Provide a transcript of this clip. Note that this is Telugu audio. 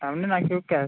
ఏమండి నాకు క్యాస్ట్